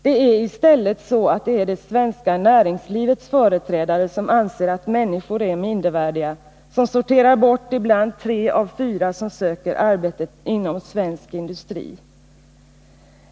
Det är i stället så att det är det svenska näringslivets företrädare som anser att människor är mindervärdiga och som sorterar bort ibland tre av fyra som söker arbete inom svensk industri.